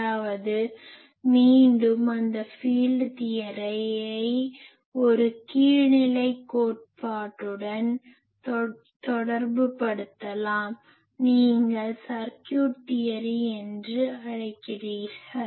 அதாவது மீண்டும் அந்த ஃபீல்ட் தியரியை ஒரு கீழ்நிலைக் கோட்பாட்டுடன் தொடர்புபடுத்தலாம் நீங்கள் சர்க்யூட் தியரி என்று அழைக்கிறீர்கள்